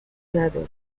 ندارد